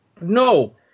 No